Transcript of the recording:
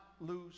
lose